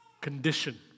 condition